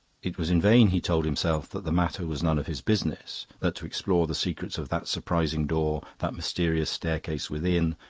it was in vain he told himself that the matter was none of his business, that to explore the secrets of that surprising door, that mysterious staircase within,